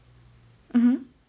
mmhmm